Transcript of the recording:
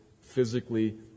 physically